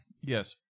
Yes